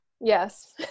Yes